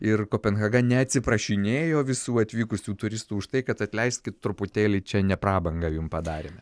ir kopenhaga neatsiprašinėjo visų atvykusių turistų už tai kad atleiskit truputėlį čia ne prabangą jum padarėme